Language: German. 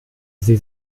sie